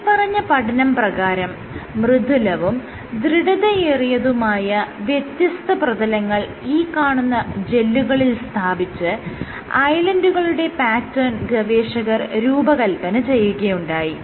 മേല്പറഞ്ഞ പഠനം പ്രകാരം മൃദുലവും ദൃഢതയേറിയതുമായ വ്യത്യസ്ത പ്രതലങ്ങൾ ഈ കാണുന്ന ജെല്ലുകളിൽ സ്ഥാപിച്ച് ഐലൻഡുകളുടെ പാറ്റേൺ ഗവേഷകർ രൂപകൽപ്പന ചെയ്യുകയുണ്ടായി